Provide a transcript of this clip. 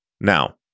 Now